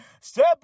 step